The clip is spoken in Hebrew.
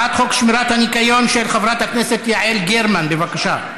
בעד הצעת אורלי לוי אבקסיס, בעד עצמה,